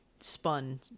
spun